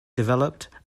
developed